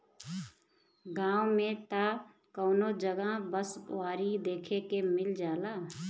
गांव में त कवनो जगह बँसवारी देखे के मिल जाला